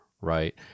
right